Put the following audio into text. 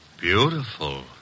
Beautiful